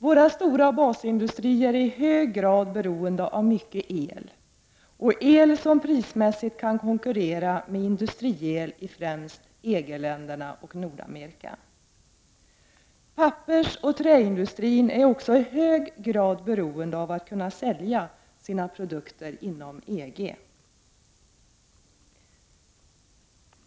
Våra stora basindustrier är i hög grad beroigt kan konkurrera med industri-el i ende av mycket eloch el som prism främst EG-länderna och Nordamerika. Pappersoch träindustrin är också i hög grad beroende av att kunna sälja sina produkter inom EG.